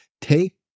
Take